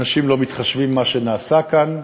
אנשים לא מתחשבים במה שנעשה כאן,